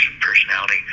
personality